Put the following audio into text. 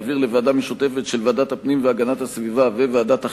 להעביר לוועדה משותפת של ועדת הפנים והגנת הסביבה וועדת החינוך,